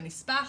בנספח,